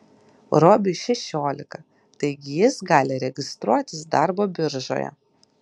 robiui šešiolika taigi jis gali registruotis darbo biržoje